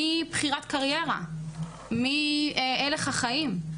מבחירת קריירה, מהלך החיים,